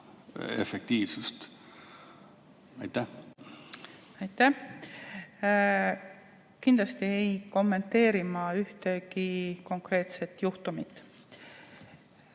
efektiivsust? Aitäh! Kindlasti ei kommenteeri ma ühtegi konkreetset juhtumit.